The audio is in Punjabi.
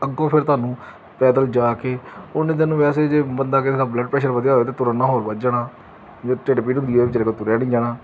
ਅੱਗੋਂ ਫਿਰ ਤੁਹਾਨੂੰ ਪੈਦਲ ਜਾ ਕੇ ਓਨੇ ਤੁਹਾਨੂੰ ਵੈਸੇ ਜੇ ਬੰਦਾ ਕਿਸੇ ਦਾ ਬਲੱਡ ਪ੍ਰੈਸ਼ਰ ਵਧਿਆ ਹੋਏ ਅਤੇ ਤੁਰਨ ਨਾਲ ਹੋਰ ਵਧ ਜਾਣਾ ਜੇ ਢਿੱਡ ਪੀੜ ਹੁੰਦੀ ਹੈ ਬਿਚਾਰੇ ਤੋਂ ਤੁਰਿਆ ਨਹੀਂ ਜਾਣਾ